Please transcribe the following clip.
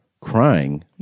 crying